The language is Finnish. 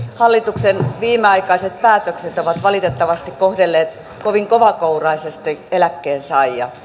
hallituksen viimeaikaiset päätökset ovat valitettavasti kohdelleet kovin kovakouraisesti eläkkeensaajia